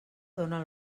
dóna